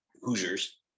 Hoosiers